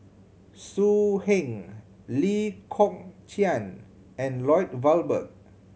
So Heng Lee Kong Chian and Lloyd Valberg